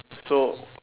so